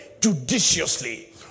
judiciously